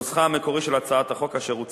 נוסחה המקורי של הצעת החוק אשר הוצע